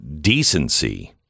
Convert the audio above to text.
decency